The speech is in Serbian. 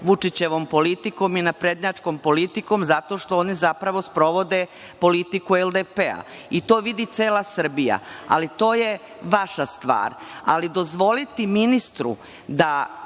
Vučićevom politikom i naprednjačkom politikom, zato što oni zapravo sprovode politiku LDP-a. To vidi cela Srbija. Ali, to je vaša stvar, ali dozvoliti ministru da